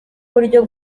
buryo